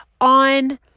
on